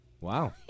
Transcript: wow